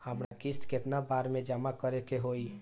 हमरा किस्त केतना बार में जमा करे के होई?